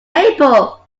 april